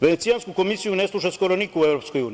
Venecijansku komisiju ne sluša skoro niko u EU.